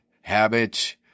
Habit